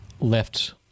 left